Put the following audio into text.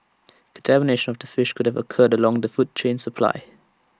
contamination of the fish could have occurred along the food chain supply